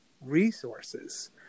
resources